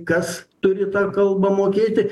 kas turi tą kalbą mokėti